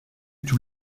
tous